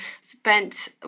spent